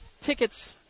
tickets